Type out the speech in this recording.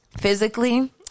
physically